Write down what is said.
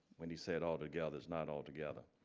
when you say it all together is not all together.